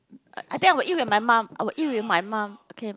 I think I will eat with my mum I will eat with my mum okay